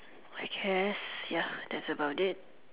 I guess ya that's about it